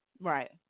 Right